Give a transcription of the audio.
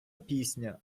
пісня